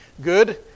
good